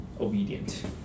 obedient